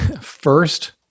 first